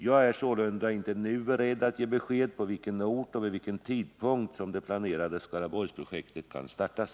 Jag är sålunda inte nu beredd att ge besked om på vilken ort och vid vilken tidpunkt som det planerade Skaraborgsprojektet kan startas.